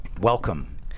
Welcome